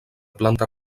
planta